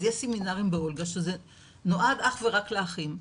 אז יש סמינרים באולגה שנועדים אך ורק לאחים,